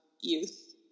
youth